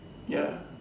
ya